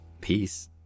Peace